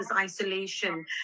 isolation